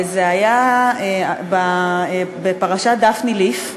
זה היה בפרשת דפני ליף.